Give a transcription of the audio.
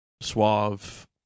suave